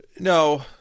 No